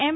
એમ